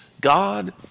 God